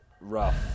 rough